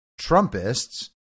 Trumpists